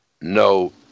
no